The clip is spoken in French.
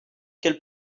quelle